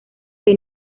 que